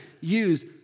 use